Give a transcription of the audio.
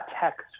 text